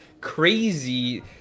crazy